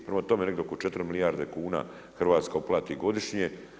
Prema tome, negdje oko 4 milijarde kuna Hrvatska uplati godišnje.